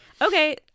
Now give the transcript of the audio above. Okay